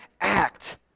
act